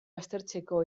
baztertzeko